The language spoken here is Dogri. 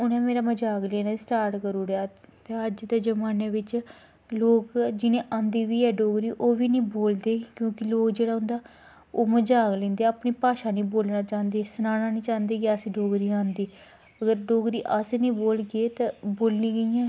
उनें मेरा मज़ाक लैना स्टार्ट करी ओड़ेआ ते अज्ज दे जमाने बिच्च लोग जिनैं आंदी बी ऐ डोगरी ओह् बी नी बोलदे क्योंकि सलोग जेह्ड़ा उंदा ओह् मज़ाक लैंदे ओह् अपनी बाशा नी बोलना चांह्दे सनानां नी चांह्दे कि असेंगी डोगरी आंदी अगर डोगरी अस नी बोलगे ते बोलनी कियां ऐं